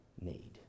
need